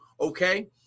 okay